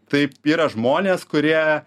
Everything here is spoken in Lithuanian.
tai yra žmonės kurie